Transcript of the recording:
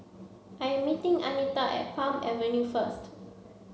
I am meeting Anitra at Palm Avenue first